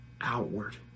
outward